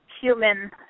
human